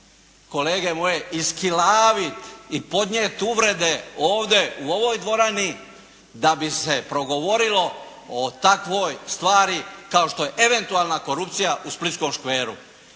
kolege moje iskilaviti i podnijeti uvrede ovdje u ovoj dvorani da bi se progovorilo o takvoj stvari kao što je eventualna korupcija u splitskom škveru.